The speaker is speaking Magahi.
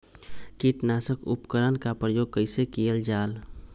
किटनाशक उपकरन का प्रयोग कइसे कियल जाल?